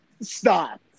Stop